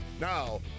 Now